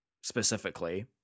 specifically